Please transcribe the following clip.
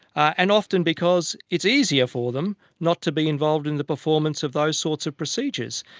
and often because it's easier for them not to be involved in the performance of those sorts of procedures.